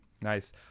Nice